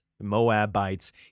Moabites